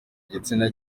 igitsina